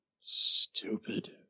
stupid